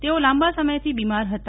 તેઓ લાંબા સમયથી બિમાર હતા